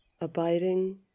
abiding